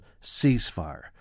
ceasefire